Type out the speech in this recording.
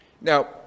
Now